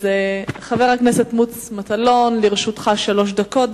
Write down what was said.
אם כך, חבר הכנסת מוץ מטלון, לרשותך שלוש דקות.